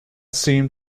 seemed